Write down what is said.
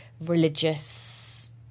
religious